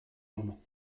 moment